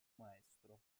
maestro